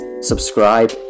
subscribe